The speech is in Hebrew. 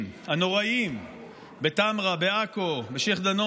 אכזרי בלוד, אתם מכירים